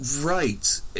right